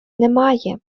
немає